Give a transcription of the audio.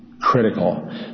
critical